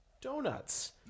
donuts